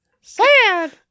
Sad